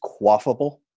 quaffable